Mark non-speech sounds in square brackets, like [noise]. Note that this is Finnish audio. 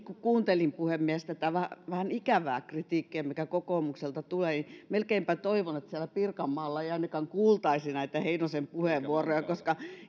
[unintelligible] kun kuuntelin puhemies tätä vähän vähän ikävää kritiikkiä mitä kokoomukselta tulee niin jotenkin melkeinpä toivon että ainakaan siellä pirkanmaalla ei kuultaisi näitä heinosen puheenvuoroja